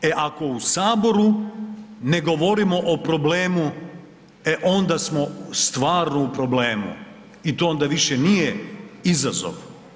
E ako u saboru ne govorimo u problemu, e onda smo stvarno u problemu i to onda više nije izazov.